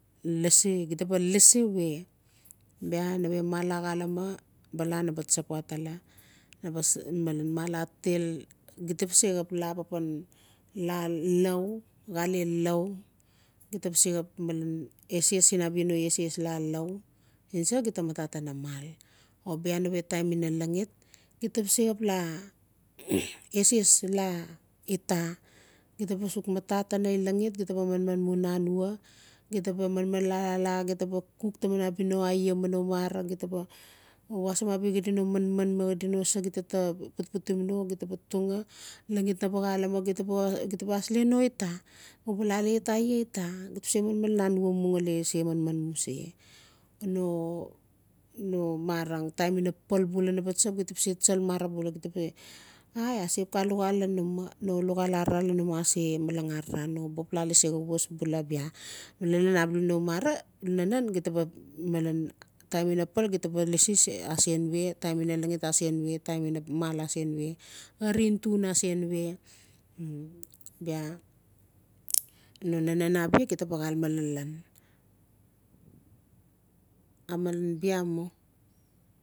Lasi gita ba lasi we bia nave mal taa xaleme bala na ba tsap watala na ba malen mal na ba til gita a se xap laa papan laa lau xale lau gita ba se xap eses sin a bia eses laa lausin sa gita matatinga mal o bia nave taim ina laxit gita ba se xap laa eses laa ita gita ba sux matatina laxit o gita ba sux manman mu nanwa gita ba manman mu laa-laa laa gita ba xook taman abia no aiaa mi no mara gita ba wasim abia xaa di no manman ma xaa si no sa gita xaa putputim no gita ba tungaa laxit na ba xaleme gita b aslen no ita ma u ba laa alet aiaa ita gita ba manman lalan anwa xale se manman mu se o marang taim ina pal bula naba tsap gita a se tsal mara bula gita ba we iaa axp xal luxal lalan umaa no luxal arara lan umaa ase malang arara no u ba xap laa lasi xaa was bual bia lalan abia no mara nanan gita ba xap malen taim ina pal gita ba lasi asen we taim ina laxit asen we taim ina mal asen we xarin tun asen we bia no nanan abia gita ba xaleme lalan a malen bia mu.